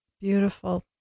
Beautiful